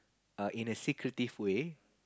err in a secretive way